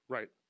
Right